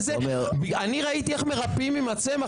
אני ראיתי איך מרפאים עם הצמח,